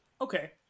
Okay